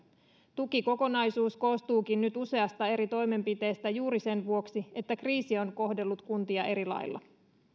tukikokonaisuus koostuukin nyt useasta eri toimenpiteestä juuri sen vuoksi että kriisi on kohdellut kuntia eri lailla